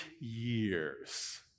years